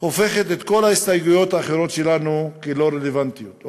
הופכת את כל ההסתייגויות האחרות שלנו ללא רלוונטיות,